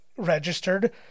registered